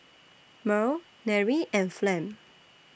Merl Nery and Flem